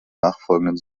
nachfolgenden